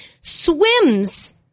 Swims